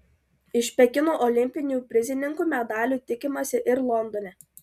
iš pekino olimpinių prizininkų medalių tikimasi ir londone